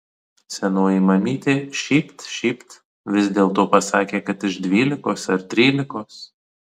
senoji mamytė šypt šypt vis dėlto pasakė kad iš dvylikos ar trylikos